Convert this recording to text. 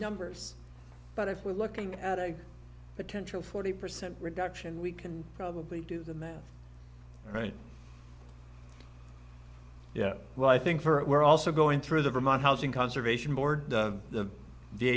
numbers but if we're looking at a potential forty percent reduction we can probably do the math right yeah well i think for it we're also going through the vermont housing conservation board